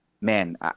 man